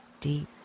deep